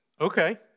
Okay